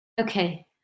okay